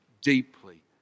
deeply